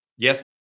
Yes